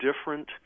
different